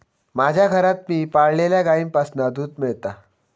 माज्या घरात मी पाळलल्या गाईंपासना दूध मेळता